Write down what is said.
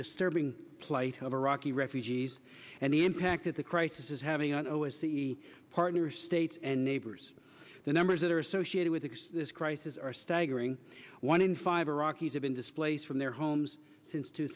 disturbing plight of iraqi refugees and the impact that the crisis is having i know as the partner states and neighbors the numbers that are associated with this crisis are staggering one in five iraqis have been displaced from their homes since two